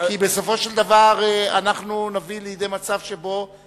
כי בסופו של דבר אנחנו נביא לידי מצב שבו